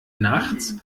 nachts